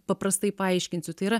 paprastai paaiškinsiu tai yra